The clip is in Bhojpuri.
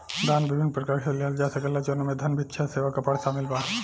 दान विभिन्न प्रकार से लिहल जा सकेला जवना में धन, भिक्षा, सेवा, कपड़ा शामिल बा